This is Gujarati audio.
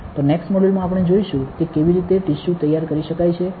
તો નેક્સ્ટ મોડ્યુલમાં આપણે જોઈશુ કે કેવી રીતે ટિસ્યુ તૈયાર કરી શકાયછે